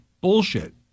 bullshit